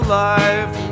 life